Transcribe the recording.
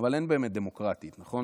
אבל אין באמת "דמוקרטית", נכון?